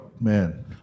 man